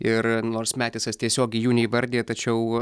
ir nors metisas tiesiogiai jų neįvardija tačiau